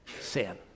sin